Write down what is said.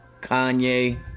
Kanye